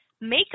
make